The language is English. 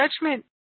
judgment